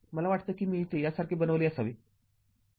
मला वाटतं की मी इथे यासाठी बनवले असावे